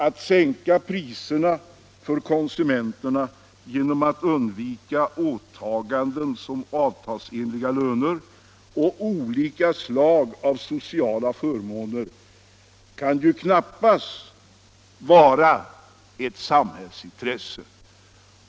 Att sänka priserna för konsumenterna genom att undvika åtaganden såsom avtalsenliga löner och olika slag av sociala förmåner kan ju knappast vara ett samhällsintresse.